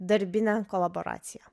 darbinę kolaboraciją